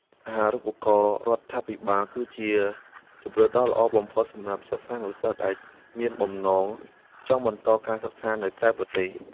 អាហារូបករណ៍រដ្ឋាភិបាលគឺជាជម្រើសដ៏ល្អបំផុតសម្រាប់សិស្សានុសិស្សដែលមានបំណងចង់បន្តការសិក្សានៅក្រៅប្រទេស។